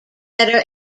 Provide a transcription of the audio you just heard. better